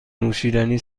نوشیدنی